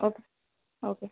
okay okay